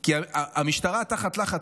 כי המשטרה תחת לחץ,